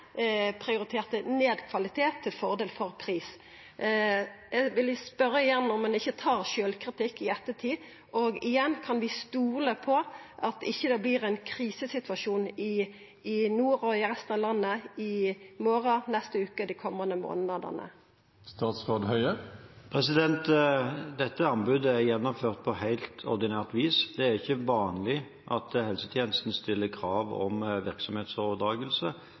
prioriterte ned kvalitet til fordel for pris. Eg vil spørja igjen om han ikkje tar sjølvkritikk i ettertid. Og igjen: Kan vi stola på at det ikkje vert ein krisesituasjon i nord og i resten av landet i morgon, neste veke og dei komande månadene? Dette anbudet er gjennomført på helt ordinært vis. Det er ikke vanlig at helsetjenesten stiller krav om virksomhetsoverdragelse,